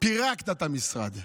פירקת את המשרד.